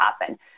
happen